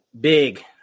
Big